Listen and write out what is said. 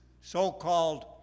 so-called